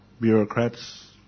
bureaucrats